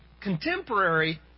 contemporary